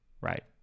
right